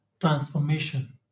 transformation